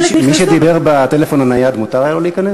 מי שדיבר בטלפון הנייד, מותר היה לו להיכנס?